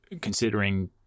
considering